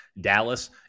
Dallas